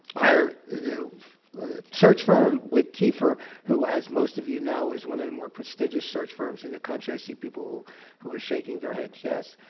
higher the search firm witt kiefer who as most of you know is one of the more prestigious search firms in the country i see people who are shaking their heads yes